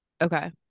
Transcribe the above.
Okay